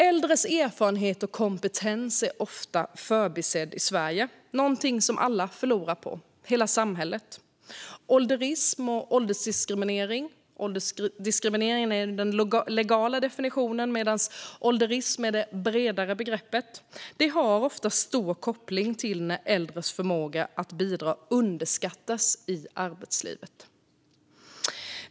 Äldres erfarenhet och kompetens är ofta förbisedd i Sverige, och det är något som hela samhället förlorar på. Åldersdiskriminering, eller ålderism, ligger ofta bakom när äldres förmåga att bidra underskattas i arbetslivet.